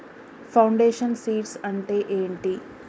Foundation seeds అంటే ఏంటి?